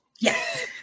yes